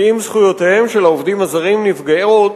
כי אם זכויותיהם של העובדים הזרים נפגעות,